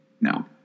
No